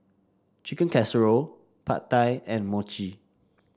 Chicken Casserole Pad Thai and Mochi